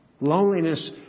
Loneliness